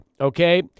okay